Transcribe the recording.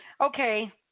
Okay